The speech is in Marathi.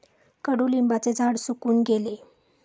कडुलिंबाचे झाड सुकून गेले